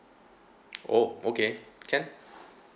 oh okay can